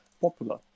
popular